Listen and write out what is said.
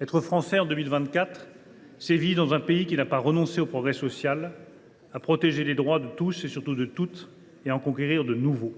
Être Français en 2024, c’est vivre dans un pays qui n’a pas renoncé à œuvrer pour le progrès social, à protéger les droits de tous, et surtout de toutes, et à en conquérir de nouveaux.